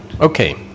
Okay